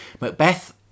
Macbeth